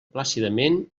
plàcidament